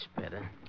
better